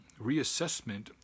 reassessment